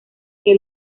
que